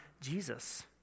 Jesus